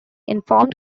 informed